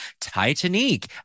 Titanic